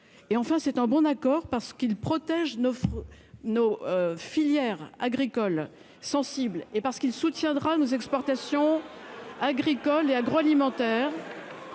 Enfin, c'est un bon accord en ce qu'il protège nos filières agricoles sensibles et soutient nos exportations agricoles et agroalimentaires,